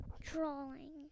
Drawing